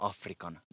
Afrikan